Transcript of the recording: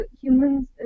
humans